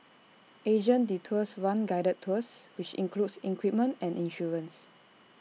Asian Detours runs guided tours which includes equipment and insurance